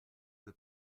que